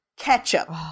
ketchup